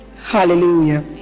Hallelujah